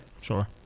sure